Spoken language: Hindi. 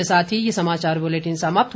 इसी के साथ ये समाचार बुलेटिन समाप्त हुआ